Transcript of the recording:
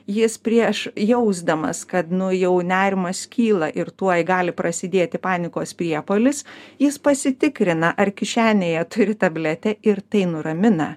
jis prieš jausdamas kad nu jau nerimas kyla ir tuoj gali prasidėti panikos priepuolis jis pasitikrina ar kišenėje turi tabletę ir tai nuramina